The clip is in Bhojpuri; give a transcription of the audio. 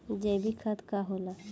जैवीक खाद का होला?